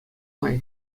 май